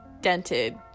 dented